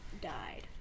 died